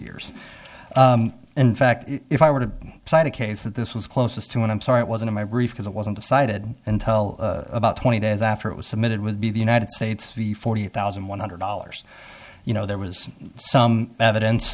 years in fact if i were to cite a case that this was closest to one i'm sorry it wasn't my brief because it wasn't decided until about twenty days after it was submitted would be the united states the forty thousand one hundred dollars you know there was some evidence